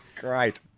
Great